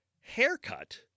haircut